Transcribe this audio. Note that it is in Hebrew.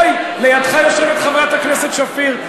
אוי, לידך יושבת חברת הכנסת שפיר.